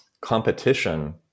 competition